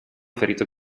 ferito